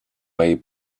way